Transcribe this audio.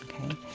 Okay